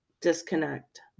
disconnect